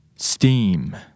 Steam